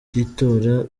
by’itora